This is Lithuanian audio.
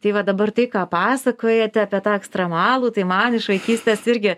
tai va dabar tai ką pasakojate apie tą ekstremalų tai man iš vaikystės irgi